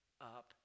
up